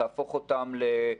לא שלחתם לנו.